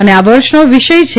અને આ વર્ષનો વિષય છે